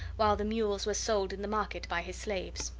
while the mules were sold in the market by his slaves.